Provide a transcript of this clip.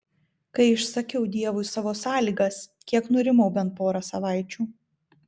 kai išsakiau dievui savo sąlygas kiek nurimau bent porą savaičių